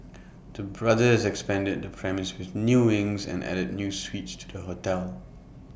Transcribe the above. the brothers expanded the premise with new wings and added new suites to the hotel